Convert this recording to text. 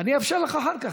אני אאפשר לך אחר כך.